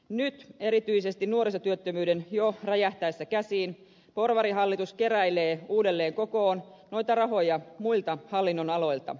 nyt erityisesti nuorisotyöttömyyden jo räjähtäessä käsiin porvarihallitus keräilee uudelleen kokoon noita rahoja muilta hallinnonaloilta